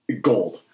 gold